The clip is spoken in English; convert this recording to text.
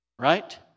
right